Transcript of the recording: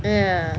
ya